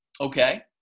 okay